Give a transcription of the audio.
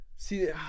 See